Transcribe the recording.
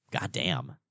goddamn